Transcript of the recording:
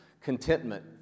contentment